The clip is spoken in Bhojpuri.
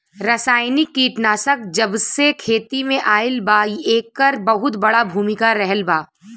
रासायनिक कीटनाशक जबसे खेती में आईल बा येकर बहुत बड़ा भूमिका रहलबा